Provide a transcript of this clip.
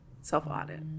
self-audit